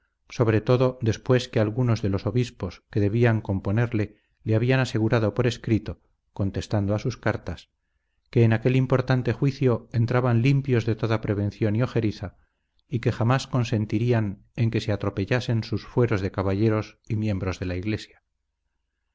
sobre todo después que algunos de los obispos que debían componerle le habían asegurado por escrito contestando a sus cartas que en aquel importante juicio entraban limpios de toda prevención y ojeriza y que jamás consentirían en que se atropellasen sus fueros de caballeros y miembros de la iglesia